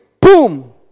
boom